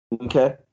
Okay